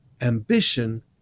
Ambition